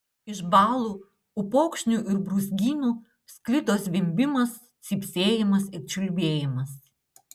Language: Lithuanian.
iš balų upokšnių ir brūzgynų sklido zvimbimas cypsėjimas ir čiulbėjimas